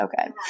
okay